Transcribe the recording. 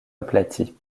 aplatie